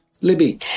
Libby